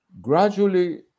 Gradually